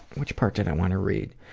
which part did i wanna read?